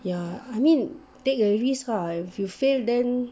ya I mean take a risk ah if you fail then